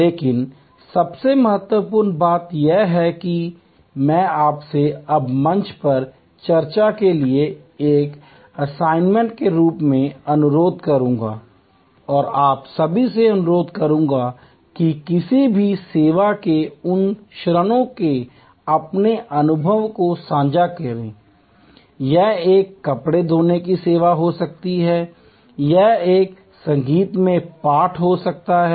लेकिन सबसे महत्वपूर्ण बात यह है कि मैं आपसे अब मंच पर चर्चा के लिए एक असाइनमेंट के रूप में अनुरोध करूंगा और आप सभी से अनुरोध करूंगा कि किसी भी सेवा के उन क्षणों के अपने अनुभवों को साझा करें यह एक कपड़े धोने की सेवा हो सकती है यह एक संगीतमय पाठ हो सकता है